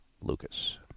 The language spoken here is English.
Lucas